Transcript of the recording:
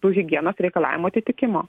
tų higienos reikalavimų atitikimo